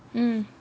mm